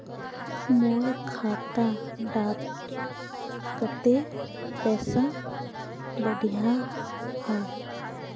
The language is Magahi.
मोर खाता डात कत्ते पैसा बढ़ियाहा?